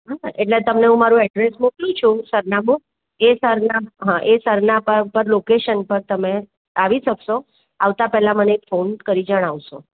હ એટલે હું તમને મારુ એડ્રેસ મોકલું છું સરનામું એ સરના હં એ સરનામા પર લોકેશન પર તમે આવી શકશો આવતાં પહેલાં મને એક ફોન કરી જણાવશો